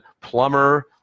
Plumber